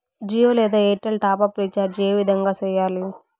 జియో లేదా Airtel top up recharge ఏ విధంగా సేయాలి